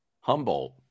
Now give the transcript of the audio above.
Humboldt